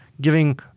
giving